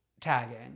tagging